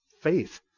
faith